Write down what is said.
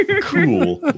cool